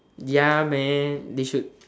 ya man they should